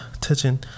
touching